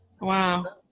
Wow